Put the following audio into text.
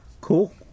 Cool